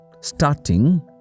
starting